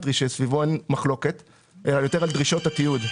שסביבו אין מחלוקת אלא יותר על דרישות התיעוד.